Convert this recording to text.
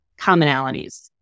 commonalities